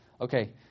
Okay